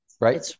right